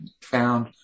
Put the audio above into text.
found